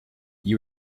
you